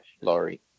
Laurie